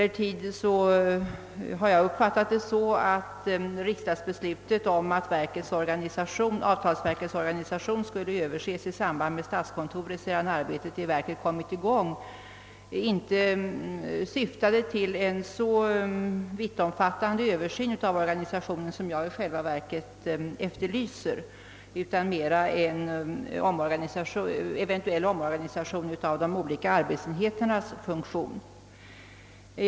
Riksdagens beslut att avtalsverkets organisation skall överses i samarbete med statskontoret, sedan arbetet i verket kommer i gång, har jag emellertid inte uppfattat så, att det syftade till en så vittomfattande översyn av organisationen som jag efterlyser utan mera till en eventuell omorganisation av de olika arbetsenheternas funktion.